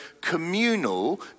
communal